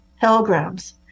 pilgrims